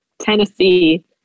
Tennessee